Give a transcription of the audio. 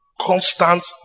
Constant